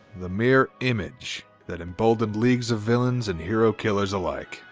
the mere image that emboldened leagues of villains and hero killers alike.